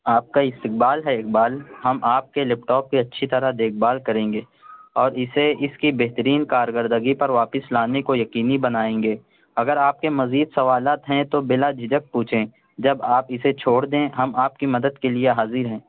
آپ کا استقبال ہے اقبال ہم آپ کے لیپٹاپ کے اچھی طرح دیکھ بھال کریں گے اور اسے اس کی بہترین کارکردگی پر واپس لانے کو یقینی بنائیں گے اگر آپ کے مزید سوالات ہیں تو بلاجھجھک پوچھیں جب آپ اسے چھوڑ دیں ہم آپ کی مدد کے لیے حاضر ہیں